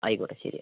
ആയിക്കോട്ടെ ശരി